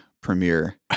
premiere